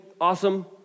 awesome